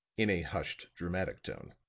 in a hushed dramatic tone.